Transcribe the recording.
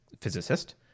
physicist